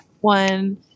one